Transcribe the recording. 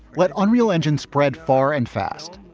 what? unreal. engine spread far and fast.